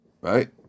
right